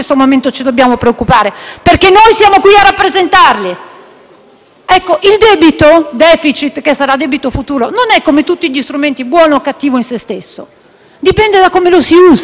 L'*extra* *deficit*, che sarà debito futuro, non è ‑ come tutti gli strumenti, buono o cattivo in se stesso; dipende da come lo si usa. È buono se lo si usa per fare investimenti prospettici